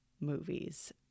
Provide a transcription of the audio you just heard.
movies